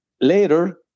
Later